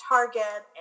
Target